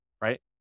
right